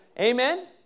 amen